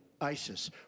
ISIS